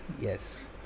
Yes